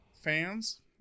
fans